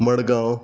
Madgaon